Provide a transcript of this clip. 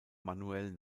manuell